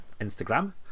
Instagram